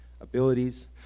abilities